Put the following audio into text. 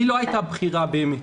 לי לא הייתה בחירה באמת.